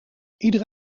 iedere